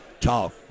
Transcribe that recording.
talk